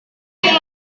sini